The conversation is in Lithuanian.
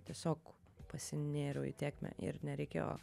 tiesiog pasinėriau į tėkmę ir nereikėjo